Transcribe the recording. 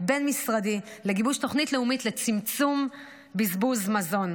בין-משרדי לגיבוש תוכנית לאומית לצמצום בזבוז מזון.